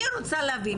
אני רוצה להבין.